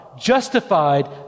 Justified